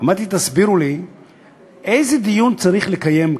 אמרתי: תסבירו לי איזה דיון צריך לקיים,